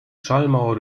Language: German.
schallmauer